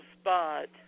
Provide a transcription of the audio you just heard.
spot